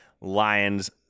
Lions